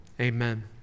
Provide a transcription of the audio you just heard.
Amen